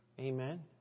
Amen